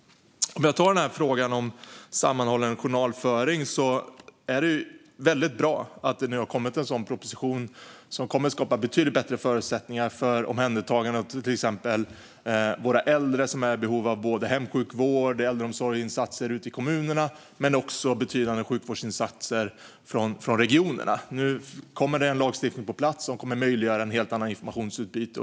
Jag kan ta frågan om sammanhållen journalföring som exempel. Det är väldigt bra att det nu har kommit en proposition som kommer att skapa betydligt bättre förutsättningar för omhändertagande av till exempel våra äldre som är i behov av hemsjukvård och äldreomsorgsinsatser ute i kommunerna men också betydande sjukvårdsinsatser från regionerna. Nu kommer det på plats en lagstiftning som kommer att möjliggöra ett helt annat informationsutbyte.